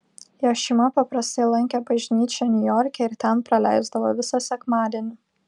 jos šeima paprastai lankė bažnyčią niujorke ir ten praleisdavo visą sekmadienį